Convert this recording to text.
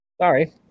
Sorry